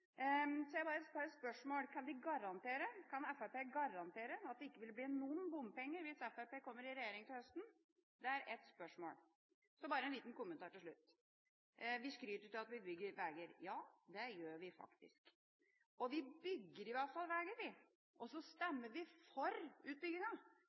så hver ordfører fikk sin boks. Så jeg har bare et spørsmål: Kan Fremskrittspartiet garantere at det ikke vil bli noen bompenger hvis Fremskrittspartiet kommer i regjering til høsten? Så bare en liten kommentar til slutt. Vi skryter av at vi bygger veier. Ja, det gjør vi faktisk. Vi bygger i hvert fall veier, vi, og så